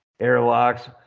Airlocks